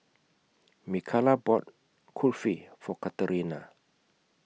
Mikala bought Kulfi For Katerina